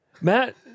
Matt